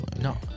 No